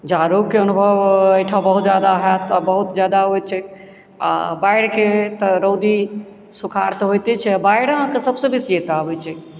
जाड़ोके अनुभव एहिठाम बहुत जादा होयत आ बहुत जादा होइत छैक आ बाढ़िके तऽ रौदी सुखाड़ तऽ होइते छै आ बाढ़ि आहाँके सबसँ बेसी एतय आबैत छै